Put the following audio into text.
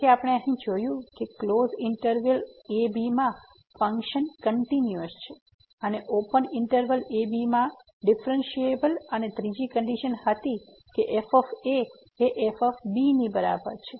તેથી આપણે અહી જોયું કે ક્લોઝ ઈંટરવલ ab માં ફંક્શન કંટીન્યુયસ છે અને ઓપન ઈંટરવલ ab માં ડિફ્રેન્સીએબલ અને ત્રીજી કંડીશન હતી કે f એ f ની બરાબર છે